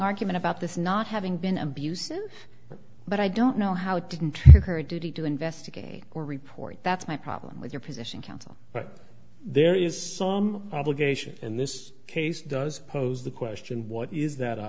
argument about this not having been abusive but i don't know how it didn't her duty to investigate or report that's my problem with your position counsel but there is some obligation in this case does pose the question what is that